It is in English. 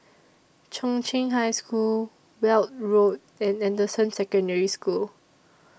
Chung Cheng High School Weld Road and Anderson Secondary School